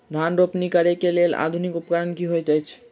धान रोपनी करै कऽ लेल आधुनिक उपकरण की होइ छथि?